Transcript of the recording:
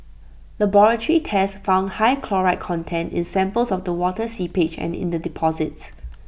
laboratory tests found high chloride content in samples of the water seepage and in the deposits